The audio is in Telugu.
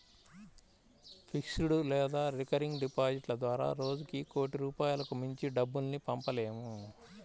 ఫిక్స్డ్ లేదా రికరింగ్ డిపాజిట్ల ద్వారా రోజుకి కోటి రూపాయలకు మించి డబ్బుల్ని పంపలేము